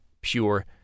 pure